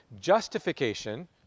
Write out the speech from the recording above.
justification